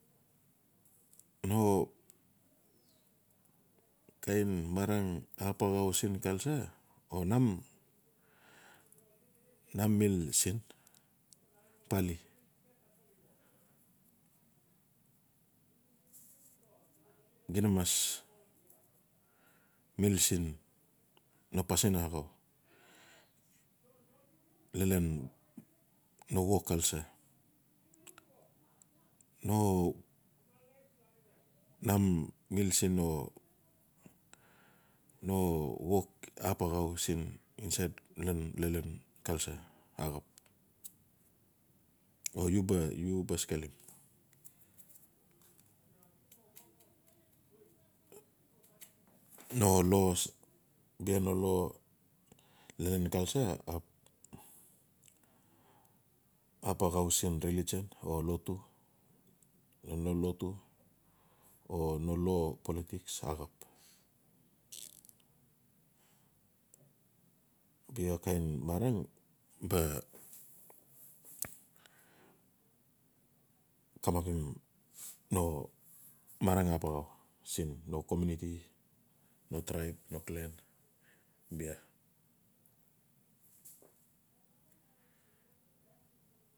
No kain marang ap axau siin culture o num mi siin pali xida ma mil siin no pasiun axau lalan no wok culture. No num mil siin no-no wok ap axau insait lalan culture axap o u-u ba skelim. no laws bia no law lalan culture ap-ap axau siin religion o lotu lalan lotu o law polotiks axap. Bia kain marang ba kamapim no marang ap axau siin no komiuniti no traib no clan bia.